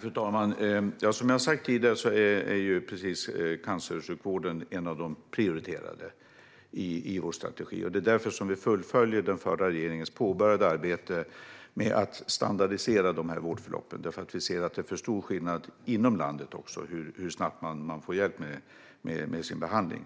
Fru talman! Som jag sagt tidigare är cancersjukvården en av de prioriterade delarna i vår strategi. Det är därför vi fullföljer den förra regeringens påbörjade arbete med att standardisera vårdförloppen. Vi ser att det är för stor skillnad inom landet i hur snabbt man får hjälp och behandling.